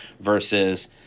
versus